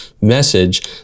message